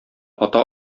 ата